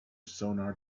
sonar